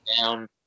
down